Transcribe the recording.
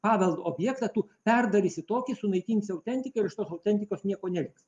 paveldo objektą tu perdarysi tokį sunaikinsi autentiką ir iš tos autentikos nieko neliks